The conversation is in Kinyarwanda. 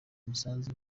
misanzu